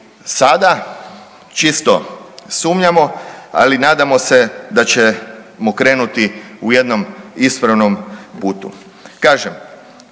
sada, čisto sumnjamo, ali nadamo se da ćemo krenuti u jednom ispravnom putu.